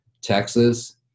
Texas